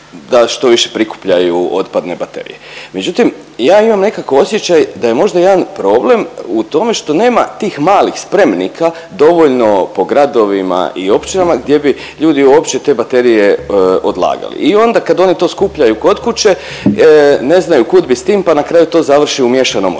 da što više prikupljaju otpadne baterije. Međutim, ja imam nekako osjećaj da je možda jedan problem u tome što nema tih malih spremnika dovoljno po gradovima i općinama gdje bi ljudi uopće te baterije odlagali. I onda kad oni to skupljaju kod kuće, ne znaju kud bi s tim, pa na kraju to završi u miješanom otpadu.